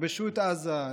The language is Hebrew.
תכבשו את עזה,